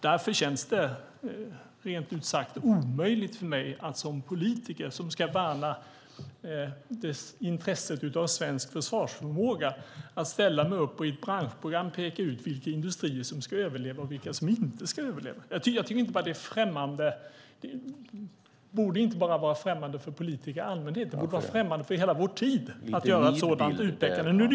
Därför känns det rent ut sagt omöjligt för mig att som politiker, som ska värna intresset av svensk försvarsförmåga, ställa mig upp och i ett branschprogram peka ut vilka industrier som ska överleva och vilka som inte ska överleva. Jag tycker inte att det bara borde vara främmande för politiker i allmänhet, det borde vara främmande för hela vår tid att göra ett sådant utpekande.